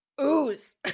Ooze